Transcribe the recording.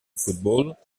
football